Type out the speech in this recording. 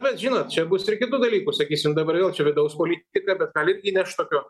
bet žinot čia bus ir kitų dalykų sakysim dabar vėl čia vidaus politika bet gal irgi įneš tokio